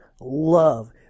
love